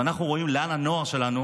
ואנחנו רואים לאן הנוער שלנו,